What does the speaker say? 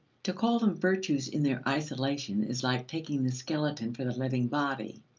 to call them virtues in their isolation is like taking the skeleton for the living body.